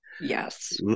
Yes